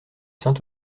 saint